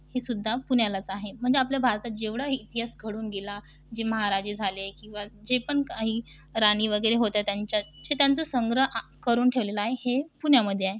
ही सुद्धा पुण्यालाच आहे म्हणजे आपल्या भारतात जेवढाही इतिहास घडून गेला जे महाराजे झाले किंवा जे पण काही राणी वगैरे होत्या त्यांच्या जे त्यांचं संग्रह आ करून ठेवलेलं आहे हे पुण्यामध्ये आहे